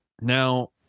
Now